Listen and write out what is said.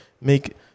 make